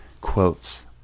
quotes